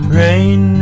rain